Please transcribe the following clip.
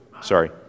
Sorry